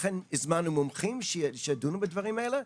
ולכן הזמנו מומחים שידונו בדברים האלה.